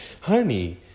honey